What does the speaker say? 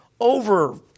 over